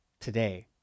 today